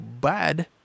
bad